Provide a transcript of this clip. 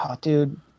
dude